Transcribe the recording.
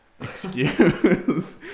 excuse